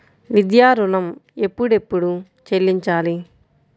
విద్యా ఋణం ఎప్పుడెప్పుడు చెల్లించాలి?